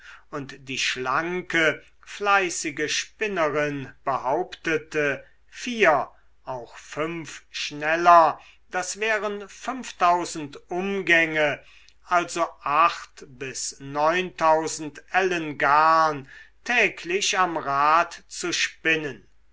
und die schlanke fleißige spinnerin behauptete auch fünf schneller das wären fünftausend umgänge also acht bis neun ellen garn täglich am rad zu spinnen